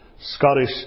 Scottish